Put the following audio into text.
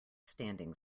standing